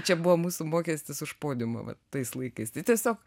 čia buvo mūsų mokestis už podiumą vat tais laikais tai tiesiog